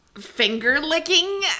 finger-licking